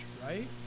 right